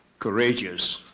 courageous